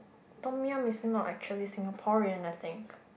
tom yum is not actually Singaporean I think